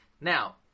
Now